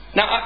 Now